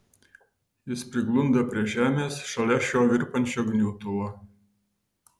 jis priglunda prie žemės šalia šio virpančio gniutulo